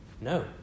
No